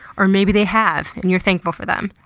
or maybe they have and you're thankful for them.